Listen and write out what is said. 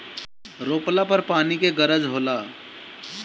रोपला पर पानी के गरज होला